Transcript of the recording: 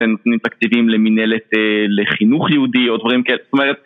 נותנים תקציבים למנהלת לחינוך יהודי או דברים כאלה